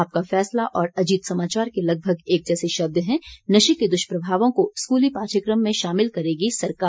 आपका फैसला और अजीत समाचार के लगभग एक जैसे शब्द हैं नशे के दुष्प्रभावों को स्कूली पाठ्यक्रम में शामिल करेगी सरकार